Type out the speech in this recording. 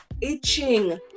itching